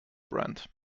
brand